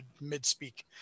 mid-speak